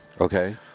Okay